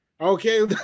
Okay